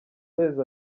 mezi